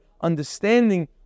understanding